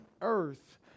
earth